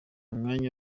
umwanya